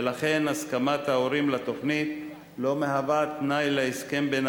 ולכן הסכמת ההורים לתוכנית לא מהווה תנאי להסכם בין